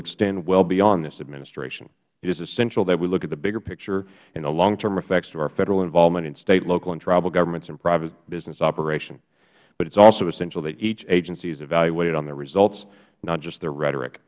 extend well beyond this administration it is essential that we look at the bigger picture and the long term effects of our federal involvement in state local and tribal governments and private business operations but it is also essential that each agency is evaluated on their results not just their rhetoric